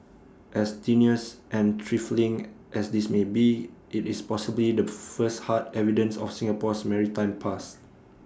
as tenuous and trifling as this may be IT is possibly the first hard evidence of Singapore's maritime past